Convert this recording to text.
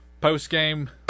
post-game